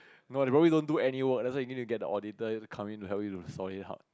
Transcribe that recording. no they probably don't do any work that's why you need to get the auditor to come in to help you to sort it out